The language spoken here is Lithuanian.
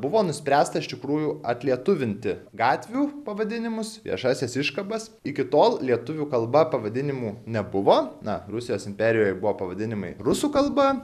buvo nuspręsta iš tikrųjų atlietuvinti gatvių pavadinimus viešąsias iškabas iki tol lietuvių kalba pavadinimų nebuvo na rusijos imperijoj buvo pavadinimai rusų kalba